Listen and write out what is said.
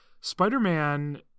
Spider-Man